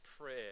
prayer